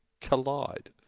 collide